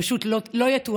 פשוט לא יתואר.